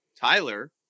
Tyler